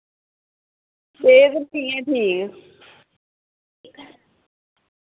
सेह्त नी ऐ ठीक